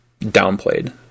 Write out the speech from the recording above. downplayed